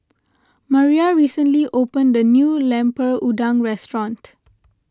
Maria recently opened the new Lemper Udang restaurant